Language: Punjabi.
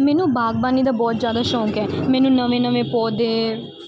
ਮੈਨੂੰ ਬਾਗਬਾਨੀ ਦਾ ਬਹੁਤ ਜ਼ਿਆਦਾ ਸ਼ੌਂਕ ਹੈ ਮੈਨੂੰ ਨਵੇਂ ਨਵੇਂ ਪੌਦੇ